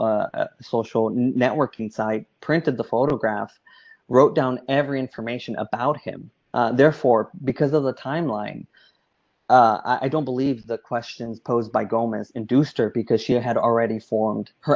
social social networking site printed the photograph wrote down every information about him therefore because of the timeline i don't believe the questions posed by gomez induced her because she had already formed her